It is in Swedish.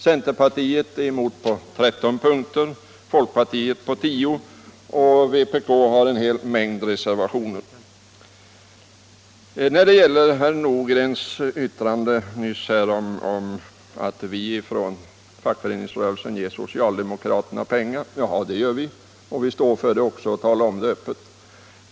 Centern har gått emot förslaget på 13 punkter, folkpartiet på 9, och vpk har en hel mängd reservationer. Herr Nordgren nämnde nyss att fackföreningsrörelsen ger socialdemokraterna pengar. Ja, det gör vi. Och vi står för det och talar om det öppet.